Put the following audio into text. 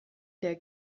der